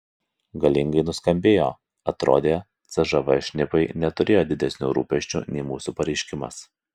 galingai nuskambėjo atrodė cžv šnipai neturėjo didesnių rūpesčių nei mūsų pareiškimas